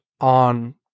on